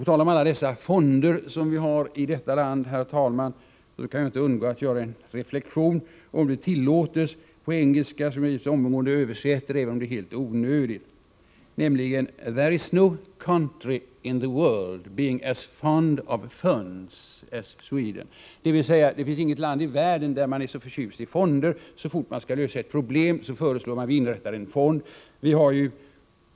På tal om alla dessa fonder som vi har i vårt land, kan jag inte undgå att göra en reflexion — om det tillåts på engelska, som jag givetvis omgående översätter även om det är helt onödigt: ”There is no country in the world being as fond of funds as Sweden”, dvs. ”Det finns inget land i världen som är så förtjust i fonder som Sverige”. Så fort man skall lösa ett problem föreslår man inrättandet av en fond.